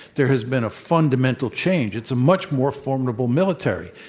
there has been a fundamental change. it's a much more formidable military,